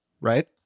Right